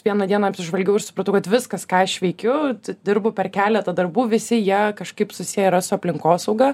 vieną dieną apsižvalgiau ir supratau kad viskas ką aš veikiu dirbu per keletą darbų visi jie kažkaip susiję yra su aplinkosauga